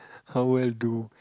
how well do